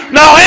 Now